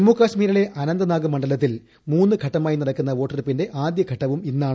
ജമ്മുകശ്മീരിലെ അനന്ത്നാഗ് മണ്ഡലത്തിൽ മൂന്നു ഘട്ടമായി നടക്കുന്ന വോട്ടെടുപ്പിന്റെ ആദ്യൂഷ്ടട്ടവും ഇന്നാണ്